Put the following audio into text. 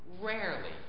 rarely